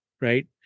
right